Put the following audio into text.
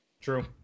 True